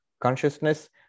consciousness